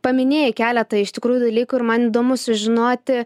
paminėjai keletą iš tikrųjų dalykų ir man įdomu sužinoti